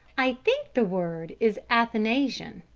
i think the word is athanasian,